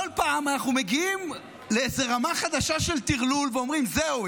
כל פעם אנחנו מגיעים לאיזו רמה חדשה של טרלול ואומרים: זהו,